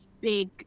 big